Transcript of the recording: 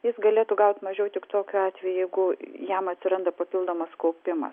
jis galėtų gauti mažiau tik tokiu atveju jeigu jam atsiranda papildomas kaupimas